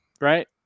right